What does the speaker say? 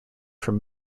from